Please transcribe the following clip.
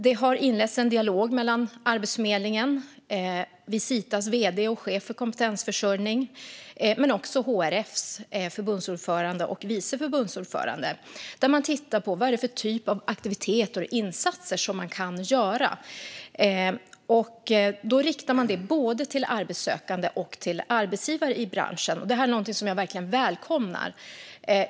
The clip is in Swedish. Det har inletts en dialog mellan Arbetsförmedlingen, Visitas vd och chef för kompetensförsörjning samt HRF:s förbundsordförande och vice förbundsordförande där parterna tittar på vilken typ av aktiviteter och insatser som kan göras. Detta riktas till både arbetssökande och arbetsgivare i branschen. Det här är någonting som jag verkligen välkomnar.